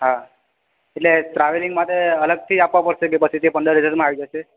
હા એટલે ટ્રાવેલિંગ માટે અલગથી આપવા પડશે કે પછી તે પંદર હજારમાં આવી જાશે